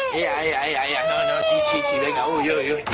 i owe you?